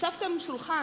הוספתם שולחן,